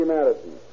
Madison